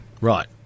Right